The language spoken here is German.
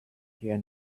hier